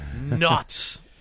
nuts